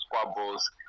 squabbles